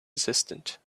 assistant